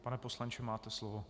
Pane poslanče, máte slovo.